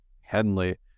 Henley